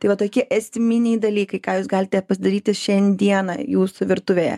tai vat tokie estiminiai dalykai ką jūs galite pasidaryti šiandieną jūsų virtuvėje